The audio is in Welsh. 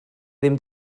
ddim